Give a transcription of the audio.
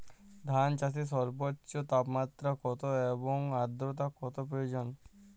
ধান চাষে সর্বোচ্চ তাপমাত্রা কত এবং আর্দ্রতা কত প্রয়োজন?